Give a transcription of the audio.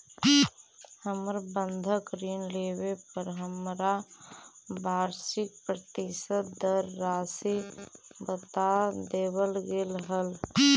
हमर बंधक ऋण लेवे पर हमरा वार्षिक प्रतिशत दर राशी बता देवल गेल हल